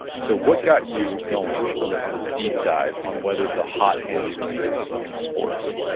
so what got you going and on this deep dive on whether the hot hand exists in sports?